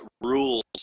rules